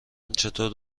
چطوری